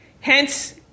Hence